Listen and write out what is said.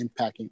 impacting